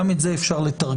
גם את זה אפשר לתרגל.